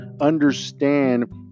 understand